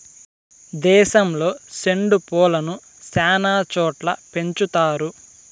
దేశంలో సెండు పూలను శ్యానా చోట్ల పెంచుతారు